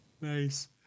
Nice